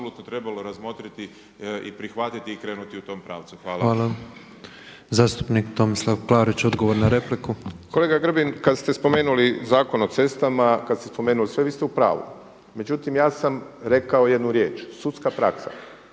Božo (MOST)** Zastupnik Tomislav Klarić, odgovor na repliku,. **Klarić, Tomislav (HDZ)** Kolega Grbin, kad ste spomenuli Zakon o cestama, kad ste spomenuli sve vi ste u pravu. Međutim ja sam rekao jednu riječ „sudska praksa“.